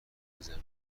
زمین